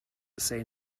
say